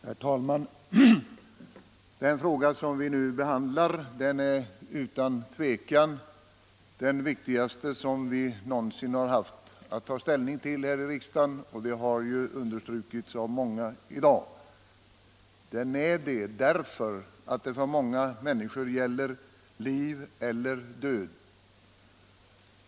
Herr talman! Den fråga vi nu behandlar är utan tvivel den viktigaste vi någonsin haft att ta ställning till här i riksdagen. Det har understrukits av många talare i dag. Och den är det därför att den gäller många människors liv eller död.